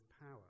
power